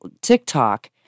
TikTok